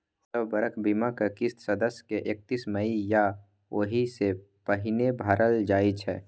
सब बरख बीमाक किस्त सदस्य के एकतीस मइ या ओहि सँ पहिने भरल जाइ छै